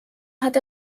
hat